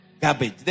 Garbage